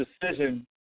decision